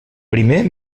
primer